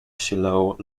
shiloh